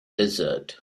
desert